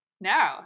No